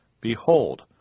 Behold